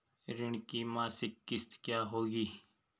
ऋण की मासिक किश्त क्या होगी?